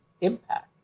impact